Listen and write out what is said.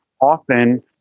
Often